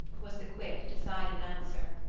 was the quick, decided answer.